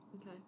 Okay